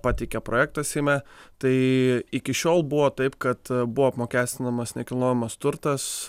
pateikė projektą seime tai iki šiol buvo taip kad buvo apmokestinamas nekilnojamas turtas